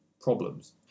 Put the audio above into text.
problems